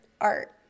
art